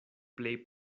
plej